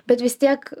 bet vis tiek